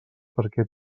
perquè